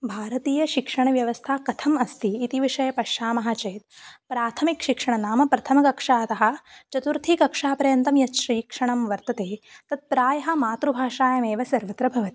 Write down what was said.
भारतीयशिक्षणव्यवस्था कथम् अस्ति इति विषये पश्यामः चेत् प्राथमिकशिक्षणं नाम प्रथमकक्षातः चतुर्थकक्षापर्यन्तं यत् शिक्षणं वर्तते तत् प्रायः मातृभाषायमेव सर्वत्र भवति